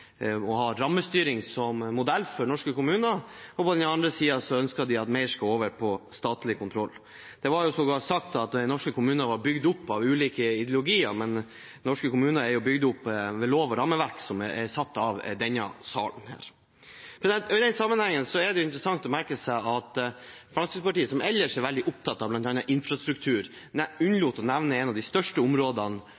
å ha rammestyring som modell for norske kommuner, og på den andre siden ønsker de at mer skal under statlig kontroll. Det ble sågar sagt at norske kommuner er bygd opp av ulike ideologier, men norske kommuner er bygd opp ved lover og rammeverk som er fastsatt av denne salen. I den sammenheng er det interessant å merke seg at Fremskrittspartiet, som ellers er veldig opptatt av bl.a. infrastruktur,